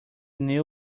new